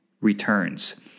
returns